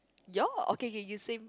your okay okay you same